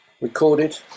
Recorded